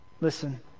Listen